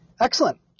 Excellent